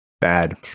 bad